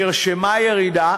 נרשמה ירידה,